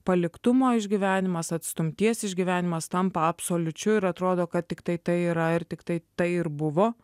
paliktumo išgyvenimas atstumtiem išgyvenimas tampa absoliučiu ir atrodo kad tiktai tai yra ir tiktai tai ir buvo